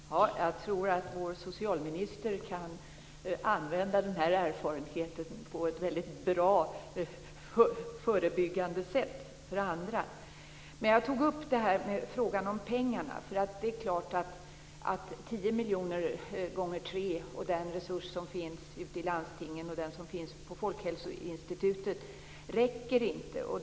Fru talman! Jag tror att vår socialminister kan använda denna erfarenhet på ett väldigt bra och förebyggande sätt för andra. Men jag tog upp frågan om pengarna. 10 miljoner gånger tre, den resurs som finns ute i landstingen och den som finns på Folkhälsoinstitutet räcker inte.